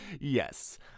yes